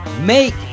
Make